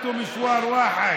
הרי אתם ניצחתם רק בסיבוב אחד,